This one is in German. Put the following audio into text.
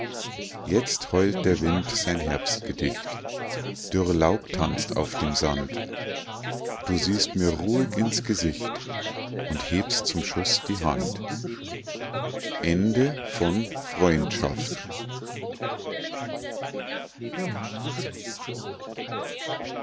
jetzt heult der wind sein herbstgedicht dürr laub tanzt auf dem sand du siehst mir ruhig ins gesicht und hebst zum schuß die hand